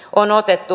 on otettu